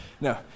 no